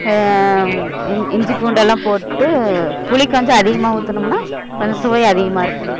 இஞ்சி பூண்டெல்லாம் போட்டு புளி கொஞ்சம் அதிகமாக ஊற்றினோமுன்னா கொஞ்சம் சுவை அதிகமாக இருக்குங்க